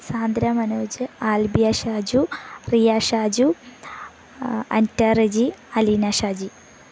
Sandra Manoj Albiya Shaju Riya Shaju Anitta Reji Aleena Shaji